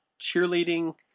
cheerleading